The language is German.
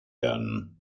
werden